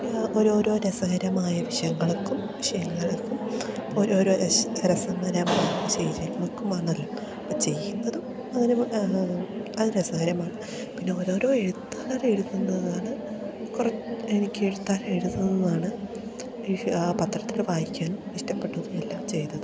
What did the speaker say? ഓരോരോ രസകരമായ വിഷയങ്ങൾക്കും ശീലങ്ങൾക്കും ഇപ്പം ഓരോരോ രസകരമായ ശീലങ്ങൾക്കുമാണല്ലോ അപ്പം ചെയ്യുന്നതും അതിന് അത് രസകരമാണ് പിന്നെ ഓരോരോ എഴുത്തുകാർ എഴുതുന്നതാണ് എനിക്ക് എഴുത്തുകാർ എഴുതുന്നതാണ് ആ പത്രത്തിൽ വായിക്കാനും ഇഷ്ടപ്പെട്ടതും എല്ലാം ചെയ്തത്